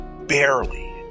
barely